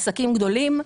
לעסקים גדולים,